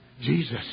Jesus